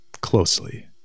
closely